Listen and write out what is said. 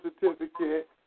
certificate